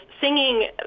singing